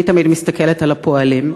אני תמיד מסתכלת על הפועלים.